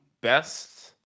best